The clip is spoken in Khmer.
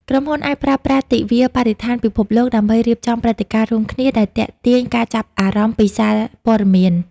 ក្រុមហ៊ុនអាចប្រើប្រាស់ទិវាបរិស្ថានពិភពលោក ដើម្បីរៀបចំព្រឹត្តិការណ៍រួមគ្នាដែលទាក់ទាញការចាប់អារម្មណ៍ពីសារព័ត៌មាន។